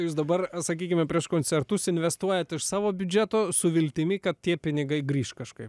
jūs dabar sakykime prieš koncertus investuojat iš savo biudžeto su viltimi kad tie pinigai grįš kažkaip